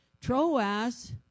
Troas